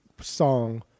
song